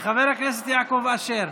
חבר הכנסת יעקב אשר,